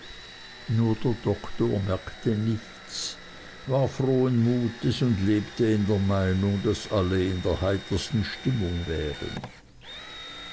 nur der doktor merkte nichts war frohen mutes und lebte in der meinung daß alle in der heitersten stimmung wären